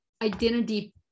identity